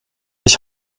ich